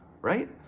right